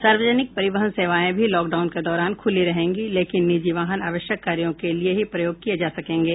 सार्वजनिक परिवहन सेवाएं भी लॉकडाउन के दौरान जारी रहेंगी लेकिन निजी वाहन आवश्यक कार्यो के लिए ही प्रयोग किये जा सकेंगे